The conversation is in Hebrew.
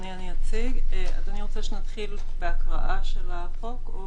אני רוצה שנתחיל בהקראה של החוק.